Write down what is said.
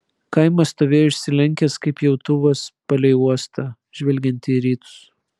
kaimas stovėjo išsilenkęs kaip pjautuvas palei uostą žvelgiantį į rytus